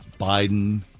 Biden